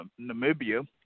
Namibia